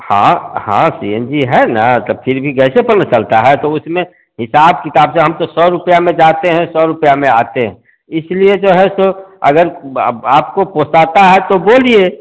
हाँ हाँ C N G है न तो फिर भी गैस ही पर ना चलता है तो उसमें हिसाब किताब से हम तो सौ रुपये में जाते हैं सौ रुपये में आते हैं इसलिए जो है सो अगर अब आपको पेश आता है तो बोलिए